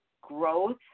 growth